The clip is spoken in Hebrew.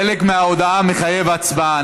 חלק מההודעה מחייב הצבעה.